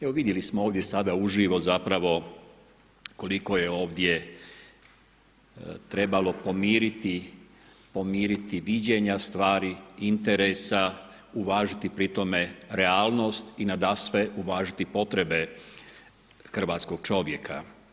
Evo vidjeli smo ovdje sada uživo zapravo koliko je ovdje trebalo pomiriti viđenja stvari, interesa, uvažiti pri tome realnost i nadasve uvažiti potrebe hrvatskog čovjeka.